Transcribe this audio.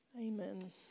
Amen